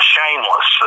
Shameless